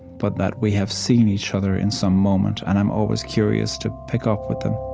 but that we have seen each other in some moment, and i'm always curious to pick up with them